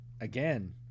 again